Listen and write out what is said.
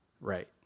right